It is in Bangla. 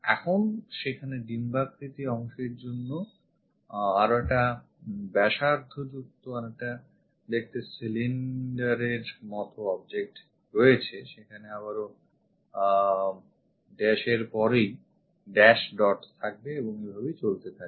এখন সেখানে ডিম্বাকৃতি অংশের জন্য আরও একটা ব্যাসার্ধযুক্ত অনেকটা দেখতে cylinder এর মতো object রয়েছে সেখানে আবারও dash এর পরেই dot dash থাকবে এবং এভাবেই চলতে থাকে